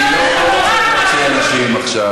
חבר הכנסת מהמפלגה שלך,